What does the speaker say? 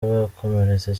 bakomeretse